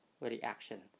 reaction